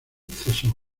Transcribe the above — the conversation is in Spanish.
cesó